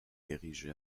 érigés